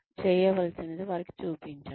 చేయవలసినది వారికి చూపించండి